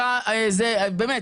באמת,